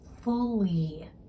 fully